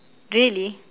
really